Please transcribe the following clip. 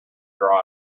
dry